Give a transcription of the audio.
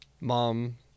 Mom